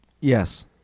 yes